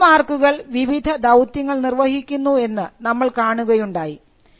trade മാർക്കുകൾ വിവിധ ദൌത്യങ്ങൾ നിർവഹിക്കുന്നു എന്ന് നമ്മൾ കാണുകയുണ്ടായി